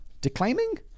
declaiming